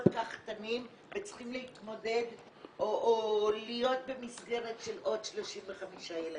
כך קטנים וצריכים להתמודד או להיות במסגרת של עוד 35 ילדים,